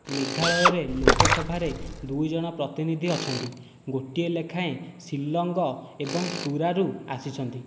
ମେଘାଳୟରେ ଲୋକସଭାରେ ଦୁଇ ଜଣ ପ୍ରତିନିଧି ଅଛନ୍ତି ଗୋଟିଏ ଲେଖାଏଁ ଶିଲଙ୍ଗ ଏବଂ ତୁରାରୁ ଆସିଛନ୍ତି